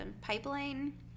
pipeline